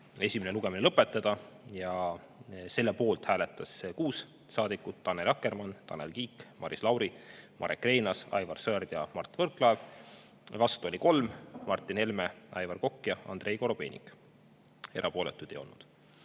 esimene lugemine lõpetada ja selle poolt hääletas 6 saadikut: Annely Akkermann, Tanel Kiik, Maris Lauri, Marek Reinaas, Aivar Sõerd ja Mart Võrklaev, vastu oli 3: Martin Helme, Aivar Kokk ja Andrei Korobeinik, erapooletuid ei olnud.